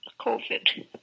COVID